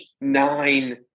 nine